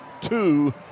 two